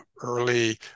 early